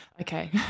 Okay